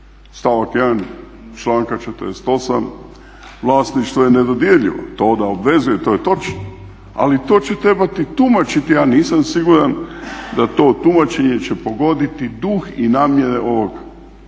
Stavak 1.članak 48. Vlasništvo je nedodirljivo, to da obvezuje to je točno ali to će trebati tumačiti, a nisam siguran da će to tumačenje pogoditi duh i namjere ovog